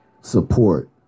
support